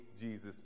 Jesus